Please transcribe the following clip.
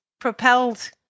propelled